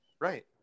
Right